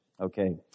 Okay